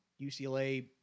UCLA